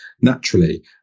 Naturally